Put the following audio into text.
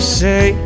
say